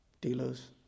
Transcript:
dealers